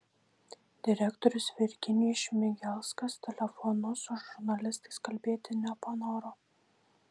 direktorius virginijus šmigelskas telefonu su žurnalistais kalbėti nepanoro